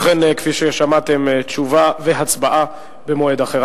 ובכן, כפי ששמעתם, תשובה והצבעה במועד אחר.